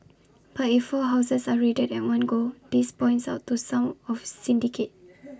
but if four houses are raided at one go this points out to some of syndicate